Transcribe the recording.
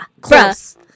Close